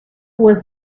was